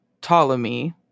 Ptolemy